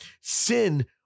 sin